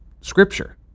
scripture